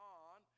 on